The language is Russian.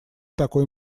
такой